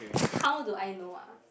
how do I know ah